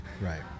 Right